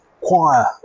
choir